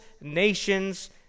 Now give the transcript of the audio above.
nations